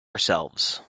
ourselves